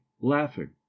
laughing